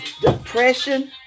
depression